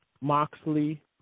Moxley